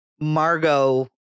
Margot